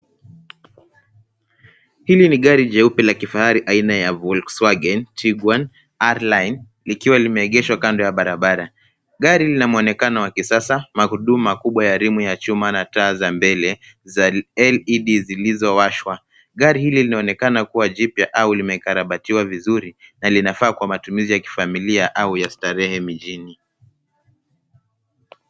Hili ni gari jeupe la kifahari aina ya Volkswagen jeep one ikiwa limeegeshwa kando ya barabara ,gari linamuonekano wa kisasa magurudumu kubwa ya rimu ya chuma na taa za mbele za LED[cs ]zilizowashwa, gari hili linaonekana kuwa jipya au limekarabatiwa vizuri na linafaa kwa matumizi ya kifamilia au ya starehe mjini.